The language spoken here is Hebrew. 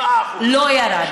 7%. לא ירד.